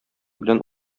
белән